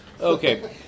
Okay